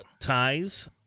Ties